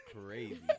crazy